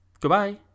Goodbye